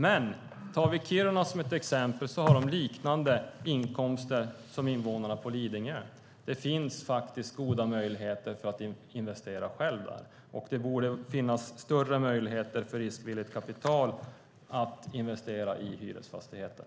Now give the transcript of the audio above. Men tar vi Kiruna som ett exempel ser vi att de har liknande inkomster som invånarna på Lidingö. Det finns faktiskt goda möjligheter för dem att investera själva. Det borde finnas större möjligheter för riskvilligt kapital att investera i hyresfastigheter.